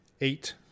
eight